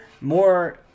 more